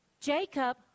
Jacob